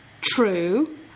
True